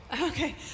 Okay